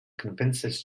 convinces